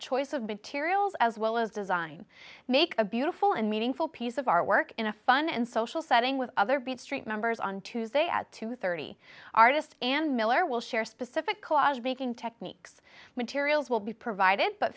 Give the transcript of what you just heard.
choice of big tiriel as well as design make a beautiful and meaningful piece of artwork in a fun and social setting with other beat street numbers on tuesday at two thirty artist and miller will share specific cause baking techniques materials will be provided but